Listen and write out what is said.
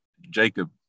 Jacob